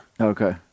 Okay